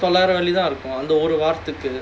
இருக்கும் அந்த ஒரு வாரத்துக்கு:irukkum andha oru vaarathukku